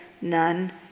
none